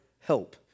help